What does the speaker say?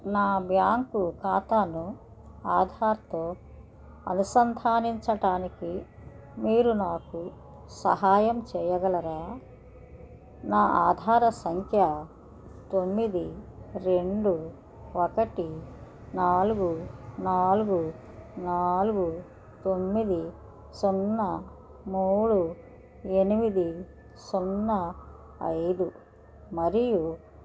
నా బ్యాంకు ఖాతాను ఆధార్తో అనుసంధానించటానికి మీరు నాకు సహాయం చేయగలరా నా ఆధార సంఖ్య తొమ్మిది రెండు ఒకటి నాలుగు నాలుగు నాలుగు తొమ్మిది సున్నా మూడు ఎనిమిది సున్నా ఐదు మరియు